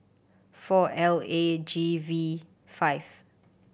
four L A G V five